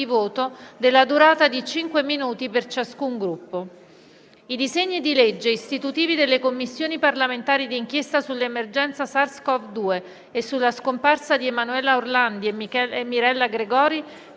voto, della durata di cinque minuti per ciascun Gruppo. I disegni di legge istitutivi delle Commissioni parlamentari di inchiesta sull'emergenza SARS-CoV-2 e sulla scomparsa di Emanuela Orlandi e Mirella Gregori,